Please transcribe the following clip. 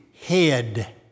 head